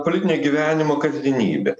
politinė gyvenimo kasdienybė